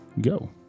go